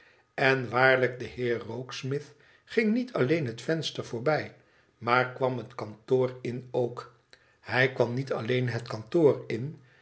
n waarlijk de heer rokesmith ging niet alleen het venster voorbij maar kwam het kantoor in ook hij kwam niet alleen het kantoor in